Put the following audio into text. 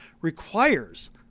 requires